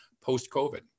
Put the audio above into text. post-COVID